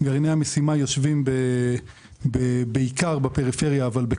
גרעיני המשימה יושבים בעיקר בפריפריה אבל גם